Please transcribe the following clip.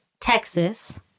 Texas